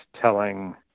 telling